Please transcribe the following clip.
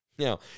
Now